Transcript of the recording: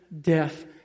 death